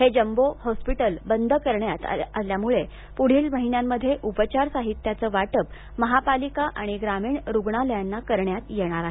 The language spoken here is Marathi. हे जम्बो हॉस्पिटल्स बंद करण्यात आल्यामुळे पुढील महिन्यांत उपचार साहित्याचं वाटप महापालिका आणि ग्रामीण रुग्णालयांना करण्यात येणार आहे